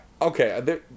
Okay